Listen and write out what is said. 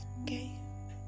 okay